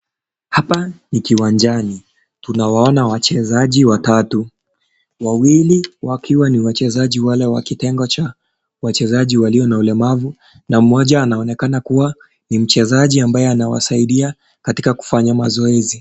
Hapa ni kiwanjani tunawaona wachezaji watatu, wawili waiwa ni wale wachezaji wa kitengo cha wachezaji walio na ulemavu na mmoja anaonekana ni mchezaji anayewasaidia katika kufanya mazoezi.